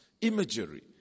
imagery